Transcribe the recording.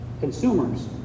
consumers